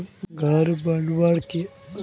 घोर बनवार केते भी कोई लोन मिलवा सकोहो होबे?